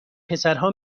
پسرها